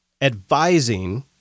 advising